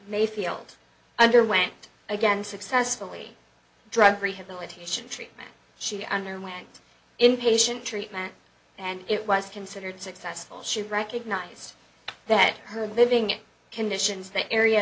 mayfield underwent again successfully drug rehabilitation treatment she underwent inpatient treatment and it was considered successful should recognize that her living conditions the area